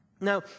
Now